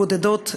בודדות,